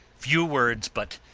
few words, but,